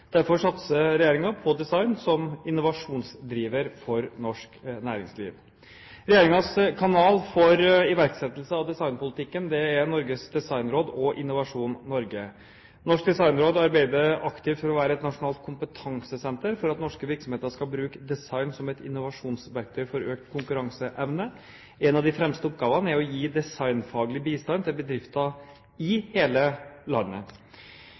Derfor satser regjeringen på design som innovasjonsdriver for norsk næringsliv. Regjeringens kanaler for iverksettelse av designpolitikken er Norsk Designråd og Innovasjon Norge. Norsk Designråd arbeider aktivt for å være et nasjonalt kompetansesenter for at norske virksomheter skal bruke design som et